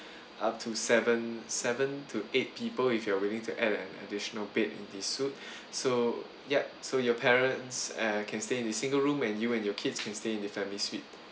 up to seven seven to eight people if you're willing to add an additional bed in the suite so yup so your parents uh can stay in the single room and you and your kids can stay in the family suite